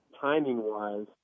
timing-wise